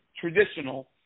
traditional